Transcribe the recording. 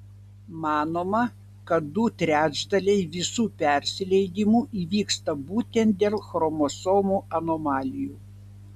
manoma kad du trečdaliai visų persileidimų įvyksta būtent dėl chromosomų anomalijų